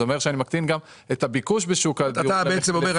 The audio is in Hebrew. זה אומר שאני מקטין גם את הביקוש --- אתה בעצם אומר: